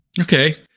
Okay